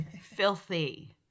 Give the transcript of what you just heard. filthy